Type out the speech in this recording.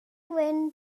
wyn